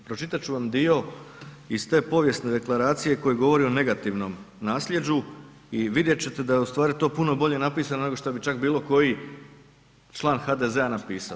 Pročitat ću vam dio iz te povijesne deklaracije koji govori o negativnom nasljeđu i vidjet ćete da je ustvari to puno bolje napisano nego što bi čak bilo koji član HDZ-a napisao.